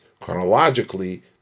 chronologically